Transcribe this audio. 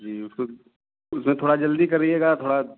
जी उसको उसमें थोड़ा जल्दी करिएगा थोड़ा